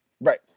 Right